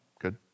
good